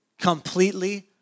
Completely